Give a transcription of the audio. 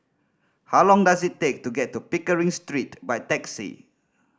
how long does it take to get to Pickering Street by taxi